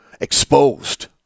exposed